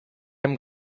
hem